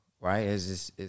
Right